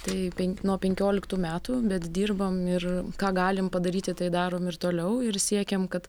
tai penk nuo penkioliktų metų bet dirbam ir ką galim padaryti tai darom ir toliau ir siekiam kad